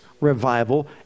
revival